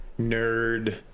nerd